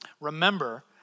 Remember